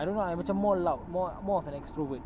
I don't know ah I macam more loud more more of an extrovert